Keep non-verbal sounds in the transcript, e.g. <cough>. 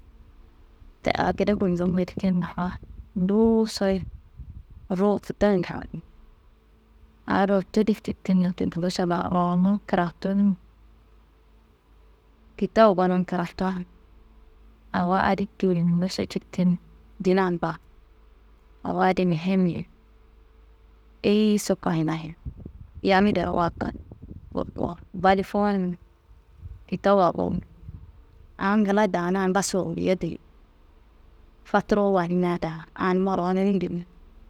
Wote aa gede gundo wuyi dikinna baa, nduwu soyi ruwu kitawuya, aa ruwutu di citinna tulloso baa, ruwunu n kratu n. Kitawu gonun grata awo adi tulloso cittin dinan baa, awo adi muhimmi ye eyiyiso koyina ye, yamndewa kal <hesitation> bali fuwun kitawaro aa ngla daana ngaso, <unintelligible> faturuwu wanima daa anumma. <unintelligible>